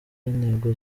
intego